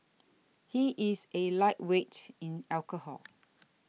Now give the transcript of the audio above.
he is a lightweight in alcohol